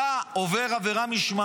איך מגיעים לראש הממשלה?